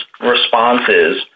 responses